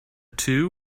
two